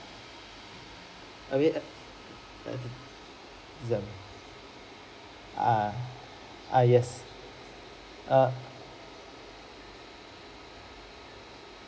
ah yes err